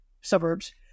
suburbs